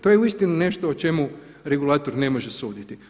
To je uistinu nešto o čemu regulator ne može suditi.